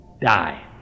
Die